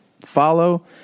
follow